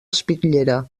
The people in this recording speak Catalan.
espitllera